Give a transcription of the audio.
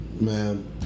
Man